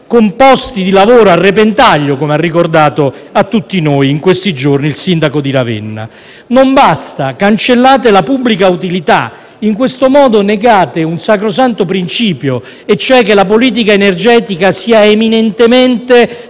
con posti di lavoro a repentaglio, come ha ricordato a tutti noi in questi giorni il sindaco di Ravenna. Non basta: cancellate la pubblica utilità, negando in tal modo un sacrosanto principio, ossia che la politica energetica sia eminentemente